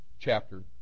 chapter